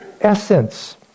essence